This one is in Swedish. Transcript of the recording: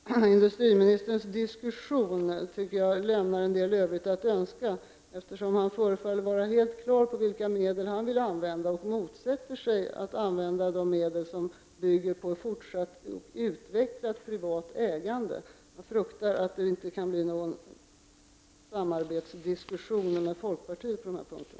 Herr talman! Industriministerns diskussion lämnar enligt min uppfattning en del övrigt att önska. Han förefaller vara helt på det klara med vilka medel han vill använda, och han motsätter sig att använda de medel som bygger på ett fortsatt utvecklat privat ägande. Jag fruktar att det inte kan bli fråga om några diskussioner om samarbete med folkpartiet på den punkten.